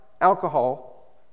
alcohol